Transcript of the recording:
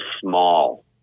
small